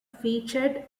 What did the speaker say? featured